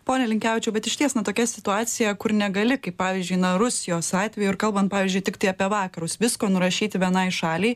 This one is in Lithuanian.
pone linkevičiau bet išties na tokia situacija kur negali kaip pavyzdžiui na rusijos atveju ir kalbant pavyzdžiui tiktai apie vakarus visko nurašyti vienai šaliai